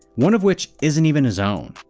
one of which isn't even his own.